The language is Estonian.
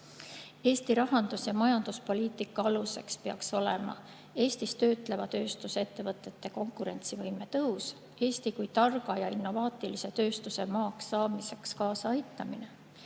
Eesti rahandus- ja majanduspoliitika aluseks peaks olema töötleva tööstuse ettevõtete konkurentsivõime tõus ning Eesti kui targa ja innovaatilise tööstuse maaks saamiseks kaasaaitamine.